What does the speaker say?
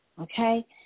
okay